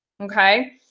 okay